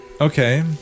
Okay